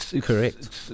Correct